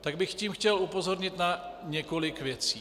tak bych tím chtěl upozornit na několik věcí.